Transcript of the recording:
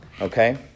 okay